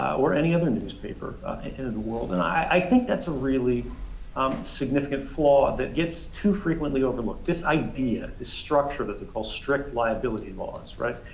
or any other newspaper in the world and i think that's a really um significant flaw that gets too frequently overlooked. this idea, the structure that they call strict liability laws, right,